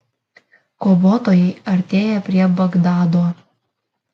kovotojai artėja prie bagdado